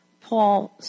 Paul